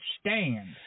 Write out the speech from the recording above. stand